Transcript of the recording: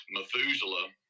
Methuselah